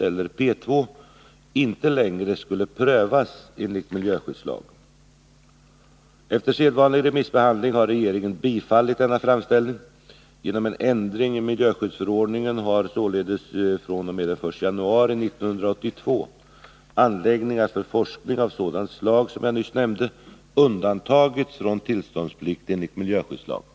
Efter sedvanlig remissbehandling har regeringen bifallit denna framställning. Genom en ändring i miljöskyddsförordningen har således fr.o.m. den 1 januari 1982 anläggningar för forskning av sådant slag som jag nyss nämnde undantagits från tillståndsplikt enligt miljöskyddslagen.